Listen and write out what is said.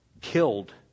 killed